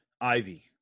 ivy